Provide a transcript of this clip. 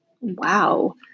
Wow